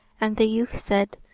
and the youth said,